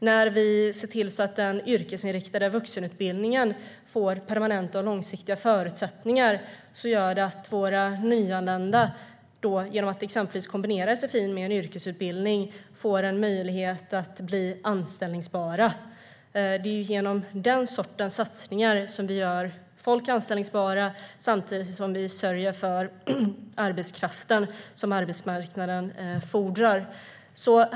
När vi ser till att den yrkesinriktade vuxenutbildningen får permanenta och långsiktiga förutsättningar gör det att våra nyanlända, exempelvis genom att kombinera sfi med en yrkesutbildning, får en möjlighet att bli anställbara. Det är genom den sortens satsningar som vi gör folk anställbara samtidigt som vi sörjer för arbetskraften som arbetsmarknaden fordrar.